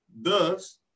thus